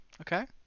Okay